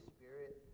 Spirit